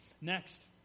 Next